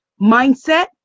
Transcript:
mindset